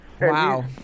Wow